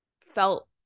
felt –